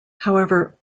however